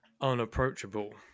unapproachable